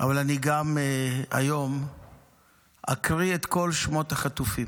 אבל היום אני גם אקריא את כל שמות החטופים.